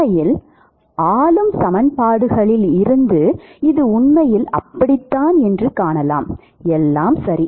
உண்மையில் ஆளும் சமன்பாடுகளில் இருந்து இது உண்மையில் அப்படித்தான் என்று காணலாம் எல்லாம் சரி